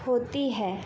ہوتی ہے